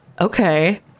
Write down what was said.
okay